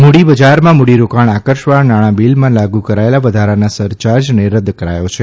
મૂડીબજારમાં મૂડીરોકાણ આકર્ષવા નાણાંબીલમાં લાગુ કરાયેલા વધારાના સરયાર્જને રદ કરાયો છે